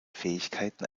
fähigkeiten